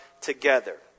together